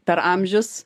per amžius